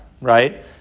right